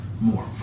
more